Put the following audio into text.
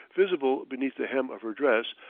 visible beneath the hem of her dress,